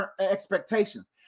expectations